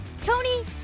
Tony